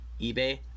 eBay